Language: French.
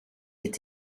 est